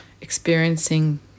experiencing